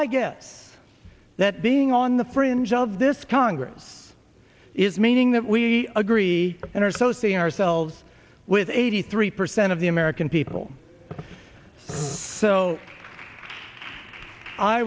i guess that being on the fringe of this congress is meaning that we agree and are so seeing ourselves with eighty three percent of the american people so i